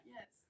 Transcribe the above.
Yes